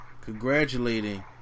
Congratulating